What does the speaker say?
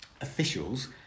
officials